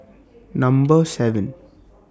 Number seven